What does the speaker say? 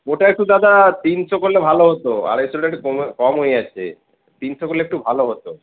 ওটা একটু দাদা তিনশো করলে ভালো হত আড়াইশোটা একটু কম হয়ে যাচ্ছে তিনশো করলে একটু ভালো হত